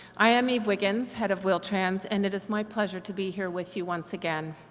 i am eve wiggins, head of wheel-trans and it is my pleasure to be here with you once again.